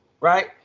right